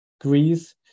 Greece